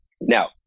Now